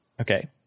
Okay